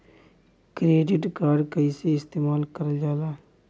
Credit card कईसे इस्तेमाल करल जाला?